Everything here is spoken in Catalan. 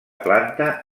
planta